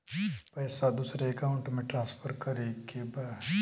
पैसा दूसरे अकाउंट में ट्रांसफर करें के बा?